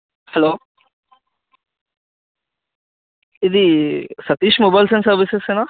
hello ఇది Satish mobiles and సర్వీసెసేనా